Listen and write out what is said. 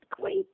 great